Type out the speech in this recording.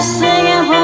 singing